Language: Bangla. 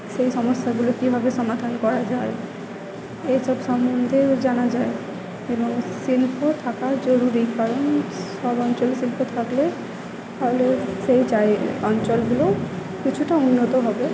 সেই সমস্যাগুলো কীভাবে সমাধান করা যায় এসব সম্বন্ধেও জানা যায় এবং শিল্প থাকা জরুরি কারণ সব অঞ্চলে শিল্প থাকলে তাহলে সেই অঞ্চলগুলো কিছুটা উন্নত হবে